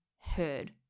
heard